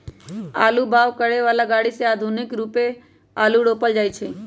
आलू बाओ करय बला ग़रि से आधुनिक रुपे आलू रोपल जाइ छै